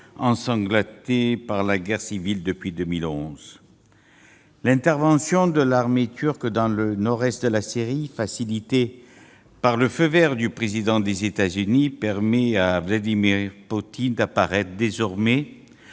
ensanglanté par la guerre civile depuis 2011 ? L'intervention de l'armée turque dans le nord-est de la Syrie, facilitée par le feu vert du président des États-Unis, permet à Vladimir Poutine d'apparaître désormais